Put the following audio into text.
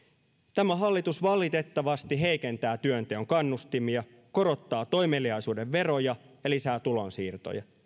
tämä hallitus valitettavasti heikentää työnteon kannustimia korottaa toimeliaisuuden veroja ja lisää tulonsiirtoja